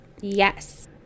Yes